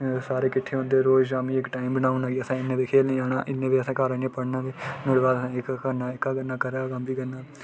सारे किट्ठे होंदे रोज़ शामीं इक टैम बनाई उड़ना असें इन्ने बजे खेल्लने गी जाना इ'न्ने बज्जे घर आइयै पढ़ना ते न्होड़े बाद जोह्का असें करना एह्का करना घरा कम्म बी करना